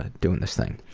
ah doing this thing.